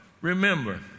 remember